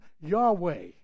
Yahweh